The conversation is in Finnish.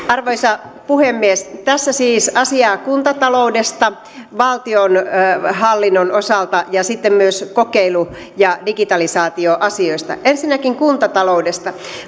arvoisa puhemies tässä siis asiaa kuntataloudesta valtionhallinnon osalta ja sitten myös kokeilu ja digitalisaatioasioista ensinnäkin kuntataloudesta